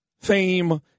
Fame